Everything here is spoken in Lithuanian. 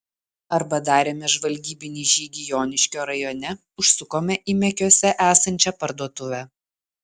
arba darėme žvalgybinį žygį joniškio rajone užsukome į mekiuose esančią parduotuvę